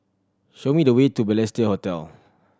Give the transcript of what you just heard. show me the way to Balestier Hotel